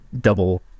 double